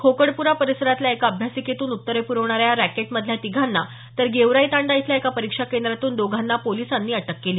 खोकडप्रा परिसरातल्या एका अभ्यासिकेतून उत्तरे पुरवणाऱ्या या रॅकेटमधल्या तिघांना तर गेवराई तांडा इथल्या एका परीक्षा केंद्रातून दोघांना पोलिसांनी अटक केली